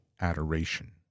adoration